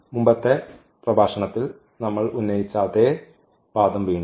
മുമ്പത്തെ പ്രഭാഷണങ്ങളിൽ നമ്മൾ ഉന്നയിച്ച അതേ വാദം വീണ്ടും